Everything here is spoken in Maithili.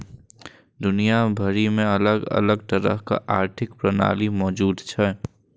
दुनिया भरि मे अलग अलग तरहक आर्थिक प्रणाली मौजूद छै